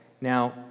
Now